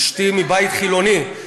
אשתי מבית חילוני,